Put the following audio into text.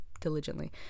diligently